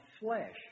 flesh